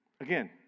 Again